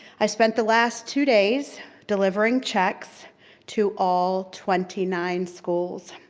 i spent the last two days delivering checks to all twenty nine schools.